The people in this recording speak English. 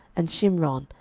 and shimron,